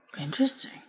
interesting